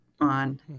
on